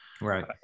Right